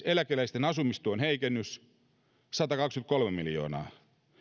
eläkeläisten asumistuen heikennys satakaksikymmentäkolme miljoonaa